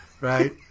Right